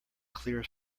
clear